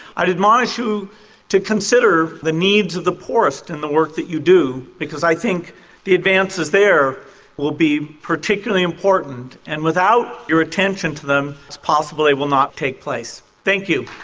i'd admonish you to consider the needs of the poorest in and the work that you do, because i think the advances there will be particularly important, and without your attention to them it's possible they will not take place. thank you.